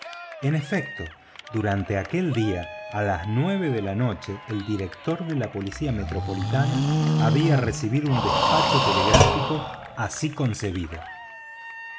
en efecto durante aquel día a las nueve de la noche el director de la policía metropolitana había recibido un despacho telegráfico así concebido